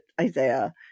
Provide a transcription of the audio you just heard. Isaiah